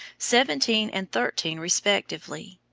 seventeen and thirteen respectively.